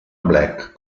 black